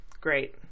great